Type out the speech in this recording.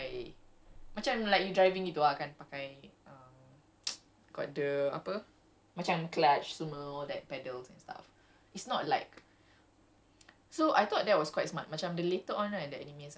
because at that time kan that uh macam the way you pilot is still macam pakai macam like you driving gitu ah you akan pakai um got the apa macam clutch semua and all that pedals and stuff